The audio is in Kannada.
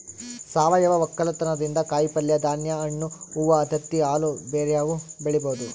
ಸಾವಯವ ವಕ್ಕಲತನದಿಂದ ಕಾಯಿಪಲ್ಯೆ, ಧಾನ್ಯ, ಹಣ್ಣು, ಹೂವ್ವ, ತತ್ತಿ, ಹಾಲು ಬ್ಯೆರೆವು ಬೆಳಿಬೊದು